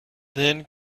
then